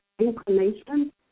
inclination